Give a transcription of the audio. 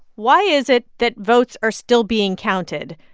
why is it that votes are still being counted,